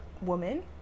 woman